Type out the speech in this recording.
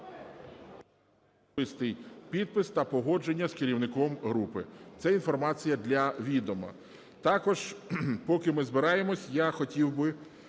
підпис та погодження з керівником групи. Це інформація для відома. Також, поки ми збираємося, я хотів би